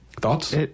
Thoughts